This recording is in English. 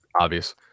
obvious